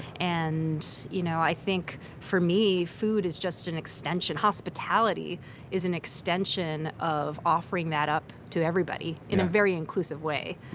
and you know i think, for me, food is just an extension. hospitality is an extension of offering that up to everybody in a very inclusive way.